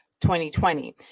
2020